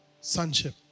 sonship